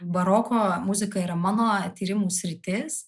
baroko muzika yra mano tyrimų sritis